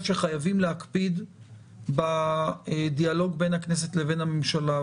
שחייבים להקפיד בדיאלוג בין הכנסת לבין הממשלה.